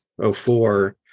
04